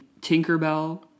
tinkerbell